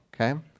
okay